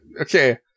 Okay